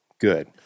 good